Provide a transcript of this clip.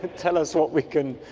tell us what we can